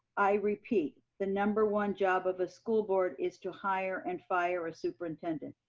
i repeat, the number one job of a school board is to hire and fire a superintendent.